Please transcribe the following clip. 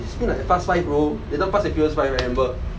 spin like fast five bro you know fast and furious five right I remember